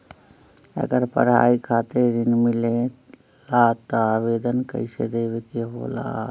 अगर पढ़ाई खातीर ऋण मिले ला त आवेदन कईसे देवे के होला?